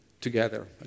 together